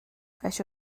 això